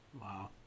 wow